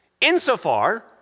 insofar